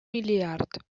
миллиард